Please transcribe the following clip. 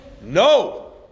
No